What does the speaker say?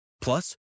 Plus